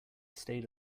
stayed